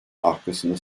arkasında